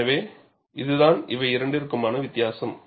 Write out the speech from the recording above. எனவே இதுதான் இவை இரண்டிற்குமான வித்தியாசம்